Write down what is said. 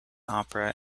opera